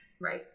Right